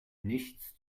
nichts